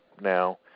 Now